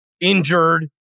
injured